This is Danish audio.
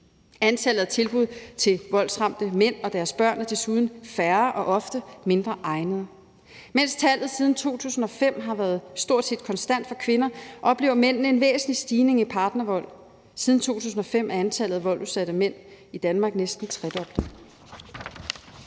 Antallet af tilbud til voldsramte mænd og deres børn er desuden færre og ofte mindre egnede. Mens tallet siden 2005 har været stort set konstant for kvinder, oplever mændene en væsentlig stigning i tilfældene af partnervold. Siden 2005 er antallet af voldsudsatte mænd i Danmark næsten tredoblet.